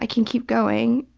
ah can keep going.